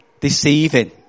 deceiving